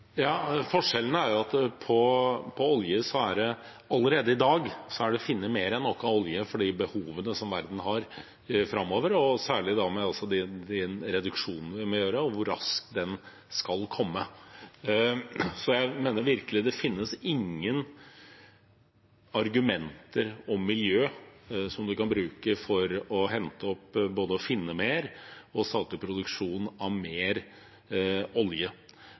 Forskjellen er jo at når det gjelder olje, er det allerede i dag funnet mer enn nok for de behovene som verden har framover, og særlig med tanke på de reduksjonene vi må gjøre og hvor raskt det skal komme. Jeg mener virkelig at det ikke finnes miljøargumenter man kan bruke for å hente opp mer, finne mer eller starte produksjon av mer olje.